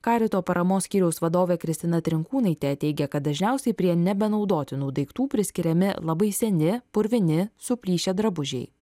karito paramos skyriaus vadovė kristina trinkūnaitė teigia kad dažniausiai prie nebenaudotinų daiktų priskiriami labai seni purvini suplyšę drabužiai